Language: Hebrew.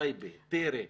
טייבה, טירה,